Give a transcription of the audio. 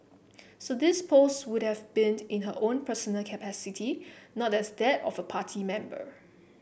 so these posts would have been in her own personal capacity not as that of a party member